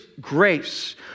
grace